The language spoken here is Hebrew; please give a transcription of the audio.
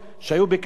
מכל הבחינות.